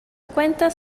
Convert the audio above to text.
cuentas